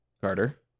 Carter